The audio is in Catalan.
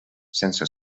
sense